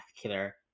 killer